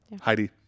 Heidi